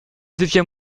devient